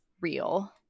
real